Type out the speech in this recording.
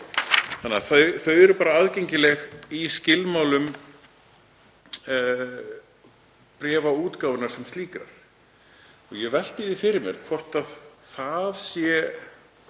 hérna um. Þau eru bara aðgengileg í skilmálum bréfaútgáfunnar sem slíkrar og ég velti því fyrir mér hvort það